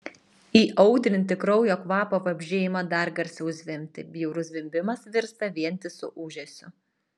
įaudrinti kraujo kvapo vabzdžiai ima dar garsiau zvimbti bjaurus zvimbimas virsta vientisu ūžesiu